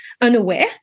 unaware